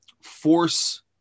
Force